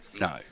No